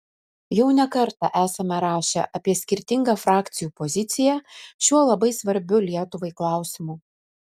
jau ne kartą esame rašę apie skirtingą frakcijų poziciją šiuo labai svarbiu lietuvai klausimu